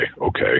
okay